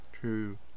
True